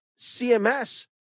CMS